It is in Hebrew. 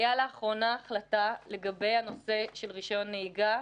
לאחרונה הייתה החלטה לגבי הנושא של רישיון נהיגה.